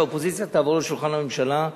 שהאופוזיציה תעבור לשולחן הממשלה,